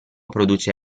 produce